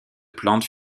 plantes